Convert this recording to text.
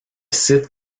site